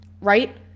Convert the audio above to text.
right